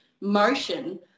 motion